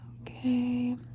Okay